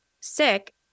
sick